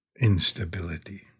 instability